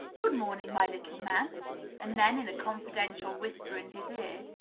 good-morning, my little man and then, in a confidential whisper in his ear,